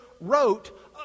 wrote